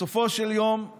בסופו של יום הוא